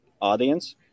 audience